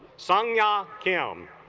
sonya kim